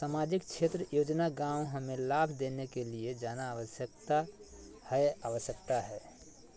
सामाजिक क्षेत्र योजना गांव हमें लाभ लेने के लिए जाना आवश्यकता है आवश्यकता है?